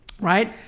right